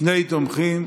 שני תומכים,